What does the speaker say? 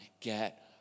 get